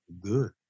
good